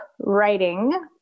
writing